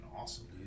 awesome